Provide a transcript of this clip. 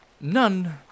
None